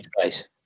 place